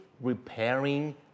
repairing